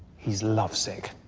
he's lovesick.